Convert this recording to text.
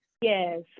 Yes